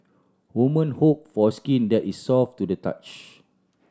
woman hope for skin that is soft to the touch